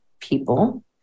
people